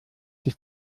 sich